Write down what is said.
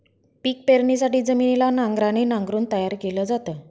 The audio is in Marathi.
पिक पेरणीसाठी जमिनीला नांगराने नांगरून तयार केल जात